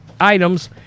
items